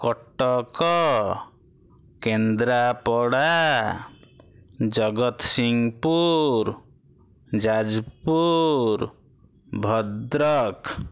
Cuttack Kendrapara Jagatsinghpur Jajpur Bhadrak